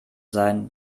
sein